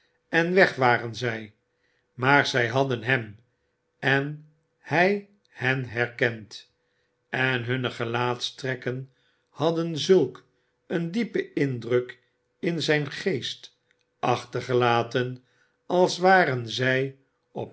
e weg waren zij maar zij hadden hem en hij hen herkend en hunne gelaatstrekken hadden zulk een diepen indruk in zijn geest achtergelaten als waren zij op